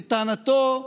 לטענתו,